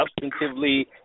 substantively